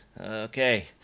Okay